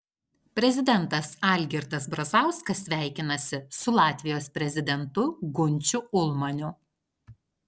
prezidentas algirdas brazauskas sveikinasi su latvijos prezidentu gunčiu ulmaniu